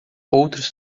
outros